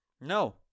No